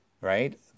right